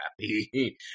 happy